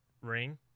ring